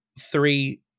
three